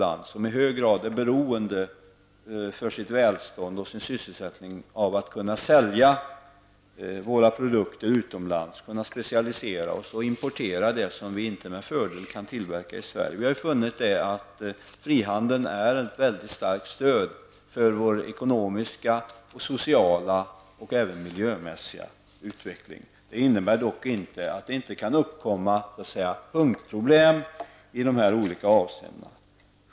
Vi är i hög grad beroende för vårt välstånd och vår sysselsättning att kunna sälja våra produkter utomlands, specialisera oss och importera det vi inte med fördel kan tillverka i Sverige. Vi har funnit att frihandeln utgör ett väldigt starkt stöd för vår ekonomiska, sociala och miljömässiga utveckling. Det innebär dock inte att det inte kan uppkomma punktproblem i dessa olika avseenden.